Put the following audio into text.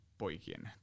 poikien